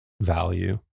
value